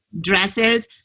dresses